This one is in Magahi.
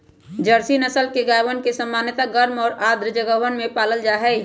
जर्सी नस्ल के गायवन के सामान्यतः गर्म और आर्द्र जगहवन में पाल्ल जाहई